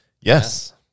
Yes